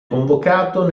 convocato